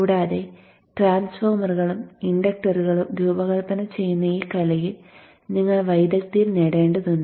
കൂടാതെ ട്രാൻസ്ഫോർമറുകളും ഇൻഡക്ടറുകളും രൂപകൽപ്പന ചെയ്യുന്ന ഈ കലയിൽ നിങ്ങൾ വൈദഗ്ധ്യം നേടേണ്ടതുണ്ട്